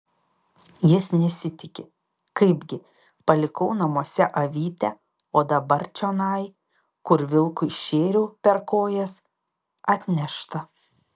jis nesitiki kaipgi palikau namuose avytę o dabar čionai kur vilkui šėriau per kojas atnešta